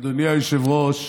אדוני היושב-ראש,